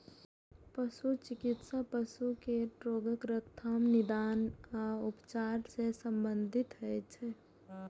पशु चिकित्सा पशु केर रोगक रोकथाम, निदान आ उपचार सं संबंधित होइ छै